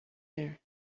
there